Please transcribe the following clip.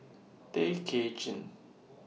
Tay Kay Chin